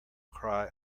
cry